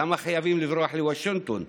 למה חייבים לברוח לוושינגטון?